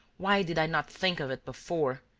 why did i not think of it before?